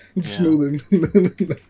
smoothing